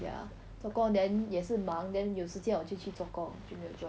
ya 做工 then 也是忙 then 有时间我就去做工就没有 join